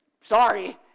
sorry